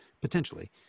potentially